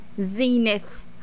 zenith